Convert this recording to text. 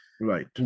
Right